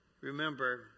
Remember